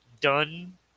done